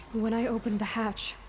when i opened the hatch.